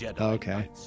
okay